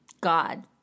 God